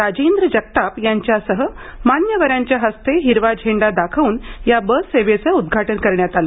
राजेंद्र जगताप यांच्यासह मान्यवरांच्या हस्ते हिरवा झेंडा दाखवून या बस सेवेचं उदघाटन करण्यात आलं